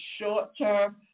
short-term